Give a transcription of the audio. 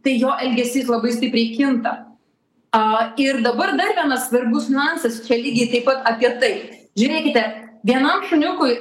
tai jo elgesys labai stipriai kinta a ir dabar dar vienas svarbus niuansas čia lygiai taip pat apie tai žiūrėkite vienam šuniukui